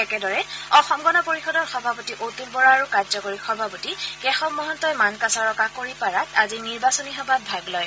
একেদৰে অসম গণ পৰিয়দৰ সভাপতি অতুল বৰা আৰু কাৰ্যকৰী সভাপতি কেশৱ মহন্তই মানকাচৰৰ কাকৰিপাৰাত আজি নিৰ্বাচনী সভাত ভাগ লয়